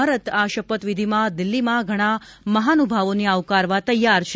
ભારત આ શપથવિધીમાં દિલ્હીમાં ઘણા મહાનુભાવોને આવકારવા તેયાર છે